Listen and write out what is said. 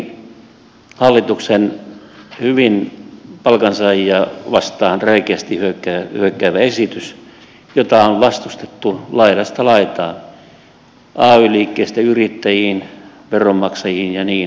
tässä on kuitenkin palkansaajia vastaan hyvin räikeästi hyökkäävä hallituksen esitys jota on vastustettu laidasta laitaan ay liikkeestä yrittäjiin veronmaksajiin ja niin edelleen